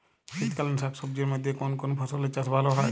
শীতকালীন শাকসবজির মধ্যে কোন কোন ফসলের চাষ ভালো হয়?